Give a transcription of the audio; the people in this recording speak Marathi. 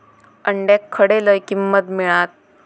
अंड्याक खडे लय किंमत मिळात?